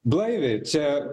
blaiviai čia